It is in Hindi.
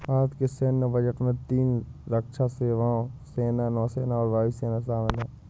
भारत के सैन्य बजट में तीन रक्षा सेवाओं, सेना, नौसेना और वायु सेना शामिल है